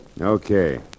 Okay